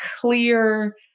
clear